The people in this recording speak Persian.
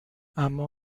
اما